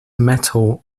metal